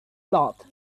lot